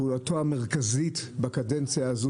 פעולתו המרכזית בקדנציה הזאת,